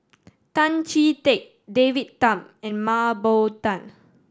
Tan Chee Teck David Tham and Mah Bow Tan